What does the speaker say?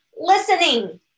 listening